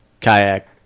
kayak